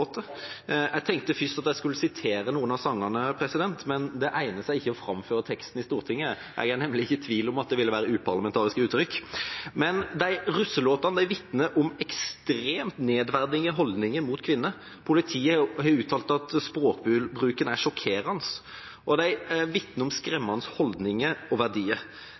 Jeg tenkte først jeg skulle sitere noen av sangene, men det egner seg ikke å framføre tekstene i Stortinget. Jeg er nemlig ikke i tvil om at det ville være uparlamentariske uttrykk der. Men de russelåtene vitner om ekstremt nedverdigende holdninger til kvinner. Politiet har uttalt at språkbruken er sjokkerende. De vitner om skremmende holdninger og verdier.